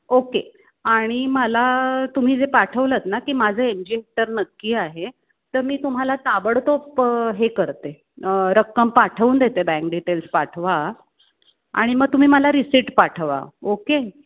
okay आणि मला तुम्ही जे पाठवलंत ना की माझं एम जी हेक्टर नक्की आहे तर मी तुम्हाला ताबडतोब हे करते रक्कम पाठवून देते बँक डिटेल्स पाठवा आणि मग तुम्ही मला रिसिट पाठवा ओके